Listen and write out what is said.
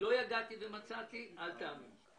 "לא יגעתי ומצאתי" אל תאמין,